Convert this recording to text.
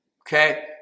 okay